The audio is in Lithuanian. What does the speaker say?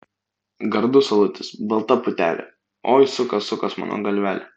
gardus alutis balta putelė oi sukas sukas mano galvelė